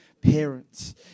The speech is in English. parents